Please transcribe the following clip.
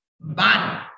ban